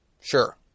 Sure